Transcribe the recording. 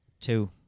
Two